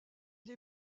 les